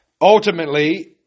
Ultimately